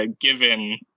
given